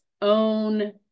own